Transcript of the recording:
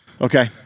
Okay